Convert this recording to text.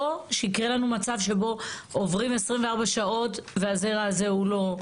שיקרה לנו מצב שבו עוברים 24 שעות והזרע הזה הוא לא.